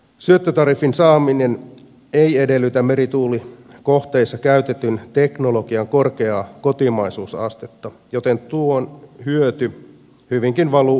syöttötariffin saaminen ei edellytä merituulikohteissa käytetyn teknologian korkeaa kotimaisuusastetta joten tuen hyöty hyvinkin valuu ulkomaalaisille yrityksille